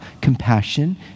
compassion